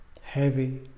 heavy